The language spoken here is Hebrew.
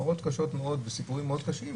מראות קשים מאוד וסיפורים מאוד קשים,